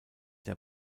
der